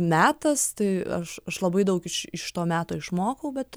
metas tai aš aš labai daug iš iš to meto išmokau bet